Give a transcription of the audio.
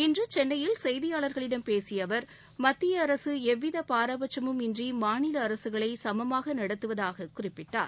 இன்று சென்னையில் செய்தியாளர்களிடம் பேசிய அவர் மத்திய அரசு எவ்வித பாரபட்சமும் இன்றி மாநில அரசுகளை சமமாக நடத்துவதாக குறிப்பிட்டார்